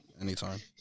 anytime